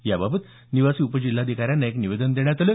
याबाबत निवासी उप जिल्हाधिकाऱ्यांना एक निवेदन देण्यात आलं